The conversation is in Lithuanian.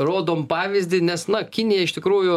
rodom pavyzdį nes na kinija iš tikrųjų